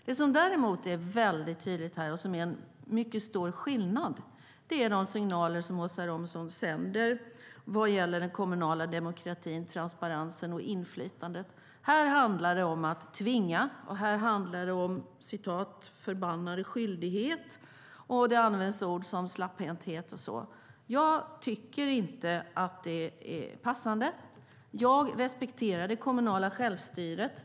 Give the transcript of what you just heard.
Det som däremot är väldigt tydligt här, och som är en mycket stor skillnad, är de signaler som Åsa Romson sänder vad gäller den kommunala demokratin, transparensen och inflytandet. Här handlar det om att tvinga, och här handlar det om "förbannad skyldighet". Det används också ord som slapphänthet och så vidare. Jag tycker inte att det är passande. Jag respekterar det kommunala självstyret.